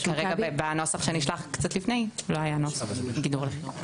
בנוסח שנשלח קצת לפני, לא היה נוסח לגבי גידול.